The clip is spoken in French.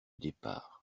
départ